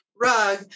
rug